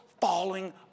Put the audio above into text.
falling